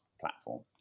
platform